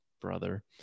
brother